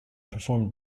performed